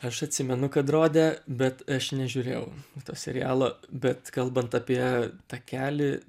aš atsimenu kad rodė bet aš nežiūrėjau to serialo bet kalbant apie takelį